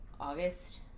August